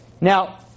Now